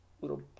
little